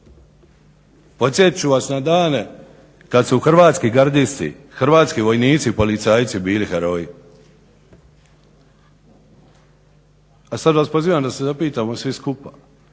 Podsjetit ću vas na dane kada su hrvatski gardisti, hrvatski vojnici, policajci bili heroji. A sad vas pozivam da se zapitamo svi skupa.